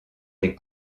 les